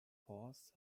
path